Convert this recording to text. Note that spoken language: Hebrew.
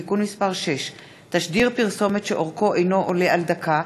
(תיקון מס' 6) (תשדיר פרסומת שאורכו אינו עולה על דקה),